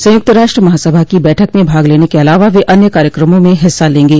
संयुक्त राष्ट्र महासभा की बैठक में भाग लेने के अलावा वे अन्य कार्यक्रमों में हिस्सा लेंगे